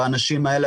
והאנשים האלה,